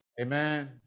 amen